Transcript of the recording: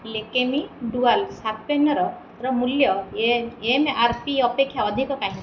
Lakme dual ଶାର୍ପେନର୍ର ମୂଲ୍ୟ ଏ ଏମ୍ ଆର ପି ଅପେକ୍ଷା ଅଧିକ କାହିଁକି